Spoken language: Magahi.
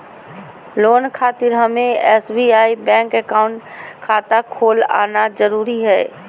लोन खातिर हमें एसबीआई बैंक अकाउंट खाता खोल आना जरूरी है?